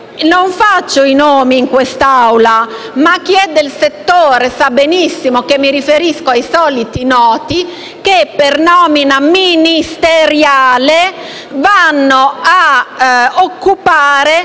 Non faccio i nomi in quest'Aula, ma chi è del settore sa benissimo che mi riferisco ai soliti noti che, per nomina ministeriale, vanno ad occupare